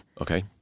Okay